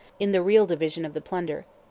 in the real division of the plunder.